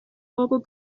bobl